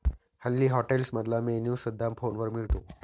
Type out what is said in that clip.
हल्ली हॉटेल्समधला मेन्यू सुद्धा फोनवर मिळतो